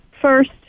first